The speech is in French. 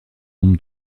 nombre